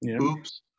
oops